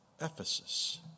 Ephesus